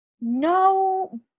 no